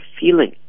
feeling